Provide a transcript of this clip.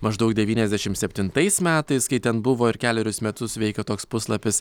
maždaug devyniasdešimt septintais metais kai ten buvo ir kelerius metus veikė toks puslapis